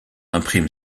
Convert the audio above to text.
imprime